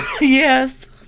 Yes